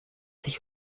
sich